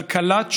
כלכלת שוק,